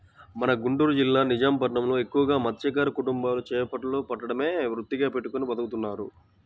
మన గుంటూరు జిల్లా నిజాం పట్నంలో ఎక్కువగా మత్స్యకార కుటుంబాలు చేపలను పట్టడమే వృత్తిగా పెట్టుకుని బతుకుతున్నారు